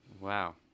Wow